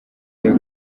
ryo